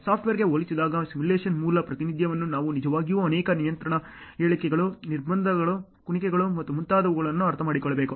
ಸಾಫ್ಟ್ವೇರ್ಗೆ ಹೋಲಿಸಿದಾಗ ಸಿಮ್ಯುಲೇಶನ್ನ ಮೂಲ ಪ್ರಾತಿನಿಧ್ಯವನ್ನು ನಾವು ನಿಜವಾಗಿಯೂ ಅನೇಕ ನಿಯಂತ್ರಣ ಹೇಳಿಕೆಗಳು ನಿರ್ಬಂಧಗಳು ಕುಣಿಕೆಗಳುLoops ಮತ್ತು ಮುಂತಾದವುಗಳನ್ನು ಅರ್ಥಮಾಡಿಕೊಳ್ಳಬೇಕು